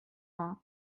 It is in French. vingt